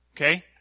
okay